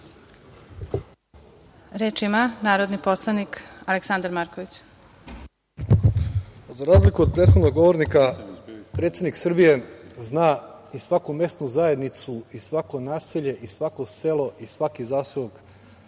Aleksandar Marković. **Aleksandar Marković** Za razliku od prethodnog govornika, predsednik Srbije zna i svaku mesnu zajednicu i svako naselje i svako selo i svaki zaseok